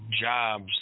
jobs